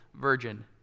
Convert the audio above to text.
virgin